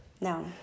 No